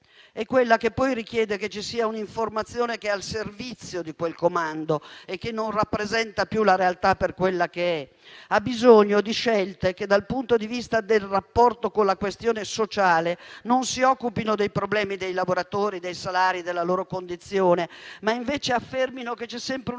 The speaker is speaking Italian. è quella che poi richiede che ci sia un'informazione che è al servizio di quel comando e che non rappresenta più la realtà per quella che è; è quella che ha bisogno di scelte che, dal punto di vista del rapporto con la questione sociale, non si occupino dei problemi dei lavoratori, dei salari e della loro condizione, ma invece affermino che c'è sempre un altro